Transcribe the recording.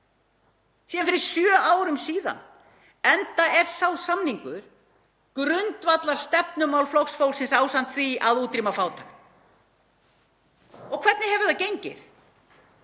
þing, fyrir sjö árum síðan, enda er sá samningur grundvallarstefnumál Flokks fólksins ásamt því að útrýma fátækt. Og hvernig hefur það gengið?